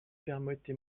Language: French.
permettez